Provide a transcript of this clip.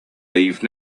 leave